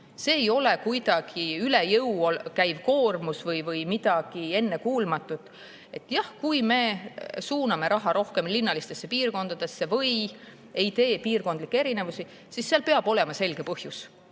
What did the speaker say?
See ei ole kuidagi üle jõu käiv koormus või midagi ennekuulmatut. Jah, kui me suuname raha rohkem linnalistesse piirkondadesse või ei tee piirkondlikke erinevusi, siis seal peab olema selge põhjus.